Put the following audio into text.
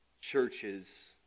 churches